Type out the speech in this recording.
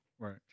Right